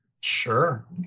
Sure